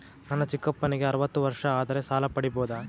ನನ್ನ ಚಿಕ್ಕಪ್ಪನಿಗೆ ಅರವತ್ತು ವರ್ಷ ಆದರೆ ಸಾಲ ಪಡಿಬೋದ?